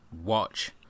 watch